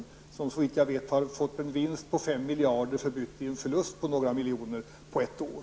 Nordbanken har så vitt jag vet fått en vinst på 5 miljarder kronor förbytt i en förlust på 8 milj.kr.